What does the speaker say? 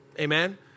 amen